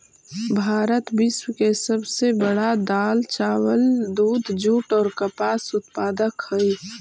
भारत विश्व के सब से बड़ा दाल, चावल, दूध, जुट और कपास उत्पादक हई